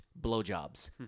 blowjobs